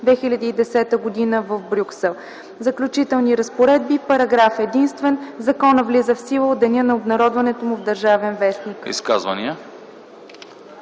2010 г. в Брюксел. Заключителна разпоредба Параграф единствен. Законът влиза в сила от деня на обнародването му в “Държавен вестник”.”